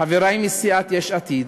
חברי מסיעת יש עתיד,